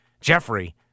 Jeffrey